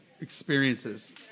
experiences